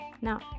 Now